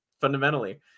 fundamentally